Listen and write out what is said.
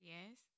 Yes